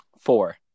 Four